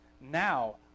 Now